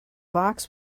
box